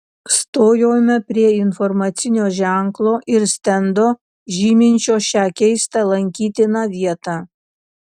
stojome prie informacinio ženklo ir stendo žyminčio šią keistą lankytiną vietą